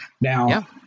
Now